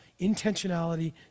intentionality